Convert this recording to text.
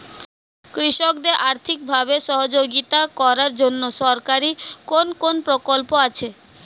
কৃষকদের আর্থিকভাবে সহযোগিতা করার জন্য সরকারি কোন কোন প্রকল্প আছে?